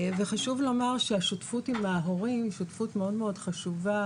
חשוב לומר שהשותפות עם ההורים היא שותפות מאוד חשובה.